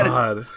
God